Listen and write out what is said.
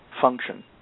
function